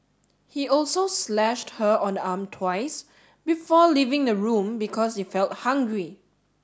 he also slashed her on the arm twice before leaving the room because he felt hungry